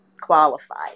qualified